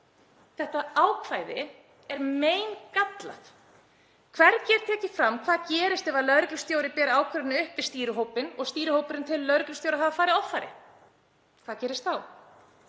Þetta ákvæði er meingallað. Hvergi er tekið fram hvað gerist ef lögreglustjóri ber ákvörðunina upp við stýrihópinn og stýrihópurinn telur lögreglustjóra hafa farið offari. Hvað gerist þá?